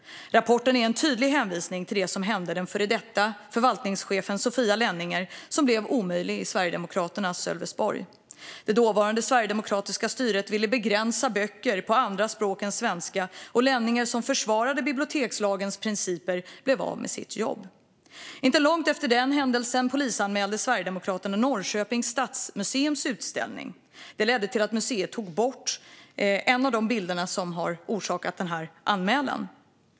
Rapporten är en tydlig hänvisning till det som hände den före detta förvaltningschefen Sofia Lenninger, som blev omöjlig i Sverigedemokraternas Sölvesborg. Det dåvarande sverigedemokratiska styret ville begränsa böcker på andra språk än svenska, och Lenninger, som försvarade bibliotekslagens principer, blev av med sitt jobb. Inte långt efter den händelsen polisanmälde Sverigedemokraterna Norrköpings stadsmuseums utställning. Det ledde till att museet under en tid tog bort en av de bilder som orsakade anmälan.